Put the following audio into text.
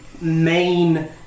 main